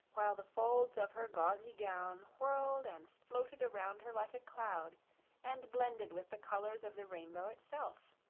while the folds of her gauzy gown whirled and floated around her like a cloud and blended with the colors of the rainbow itself.